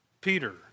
Peter